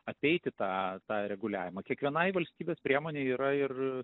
apeiti tą tą reguliavimą kiekvienai valstybės priemonei yra ir